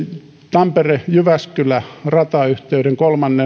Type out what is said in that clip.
tampere jyväskylä ratayhteyden